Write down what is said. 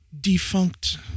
defunct